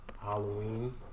Halloween